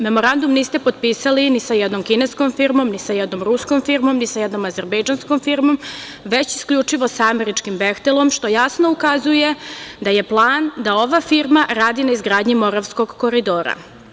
Memorandum niste potpisali ni sa jednom kineskom firmom, ni sa jednom ruskom firmom, ni sa jednom azerbejdžanskom firmom, već isključivo sa američkim „Behtelom“, što jasno ukazuje da je plan da ova firma radi na izgradnji Moravskog koridora.